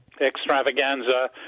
extravaganza